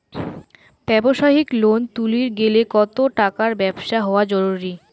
ব্যবসায়িক লোন তুলির গেলে কতো টাকার ব্যবসা হওয়া জরুরি?